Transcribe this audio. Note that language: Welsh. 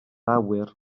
awyr